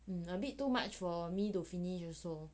too much for me to finish also